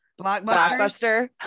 blockbuster